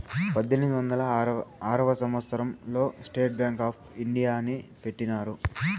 పద్దెనిమిది వందల ఆరవ సంవచ్చరం లో స్టేట్ బ్యాంక్ ఆప్ ఇండియాని పెట్టినారు